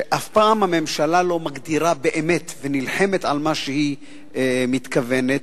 היא שאף פעם הממשלה לא מגדירה באמת ונלחמת על מה שהיא מתכוונת.